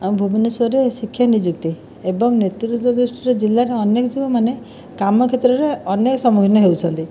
ଆମ ଭୁବନେଶ୍ଵରରେ ଶିକ୍ଷା ନିଯୁକ୍ତି ଏବଂ ନେତୃତ୍ୱ ଦୃଷ୍ଟିରୁ ଜିଲ୍ଲାରେ ଅନେକ ଯୁବମାନେ କାମ କ୍ଷେତ୍ରରେ ଅନେକ ସମ୍ମୁଖୀନ ହେଉଛନ୍ତି